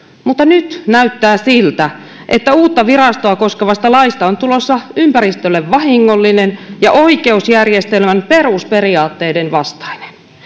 mutta nyt näyttää siltä että uutta virastoa koskevasta laista on tulossa ympäristölle vahingollinen ja oikeusjärjestelmän perusperiaatteiden vastainen